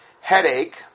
Headache